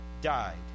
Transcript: died